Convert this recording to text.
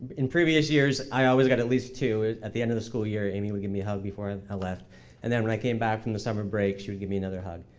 in previous years i always got at least two at the end of the school year. amy would give me a hug before and i left and then when i came back from the summer break she would give me another hug.